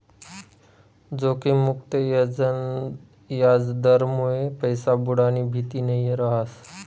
जोखिम मुक्त याजदरमुये पैसा बुडानी भीती नयी रहास